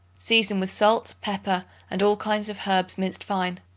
season with salt, pepper and all kinds of herbs minced fine.